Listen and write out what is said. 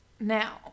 Now